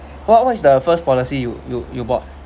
what what's the first policy you you you bought